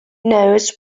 knows